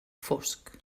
fosc